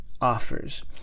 offers